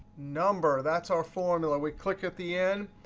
number, that's our formula. we click at the end,